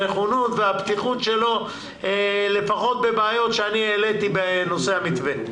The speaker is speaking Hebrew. הנכונות והפתיחות שלו לפחות בבעיות שאני העליתי בנושא המתווה.